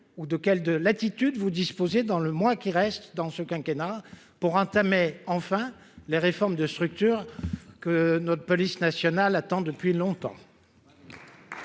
ou de quelle latitude disposez-vous dans les mois qui restent avant la fin de ce quinquennat pour entamer enfin les réformes structurelles que notre police nationale attend depuis longtemps